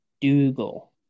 Dougal